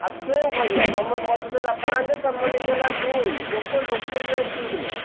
ଆଉ କ'ଣ କରିବା ତୁମେ ମୋତେ ଦେଲ ପାଞ୍ଚ ତୁମ ନିଜର ଦୁଇ ଲୋକ ଲୋକ ଠିକ୍ ନାଇଁ